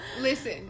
Listen